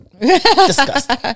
disgusting